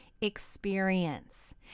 experience